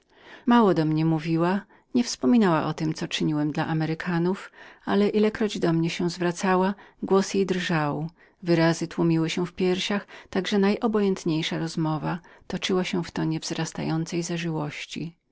mało do mnie mówiła nie wspominała o tem co czyniłem dla amerykanów ale ile razy zwracała mowę głos jej drżał wyrazy tamowały się w piersiach tak że najobojętniejsza rozmowa mimowolnie sprawiała mi wrażenie powstającej zażyłości